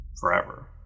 forever